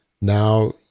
now